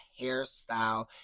hairstyle